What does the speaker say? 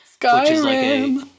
Skyrim